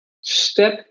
step